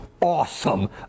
awesome